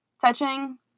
Touching